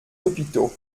hôpitaux